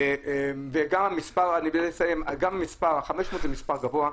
וגם 500 זה מס' גבוה.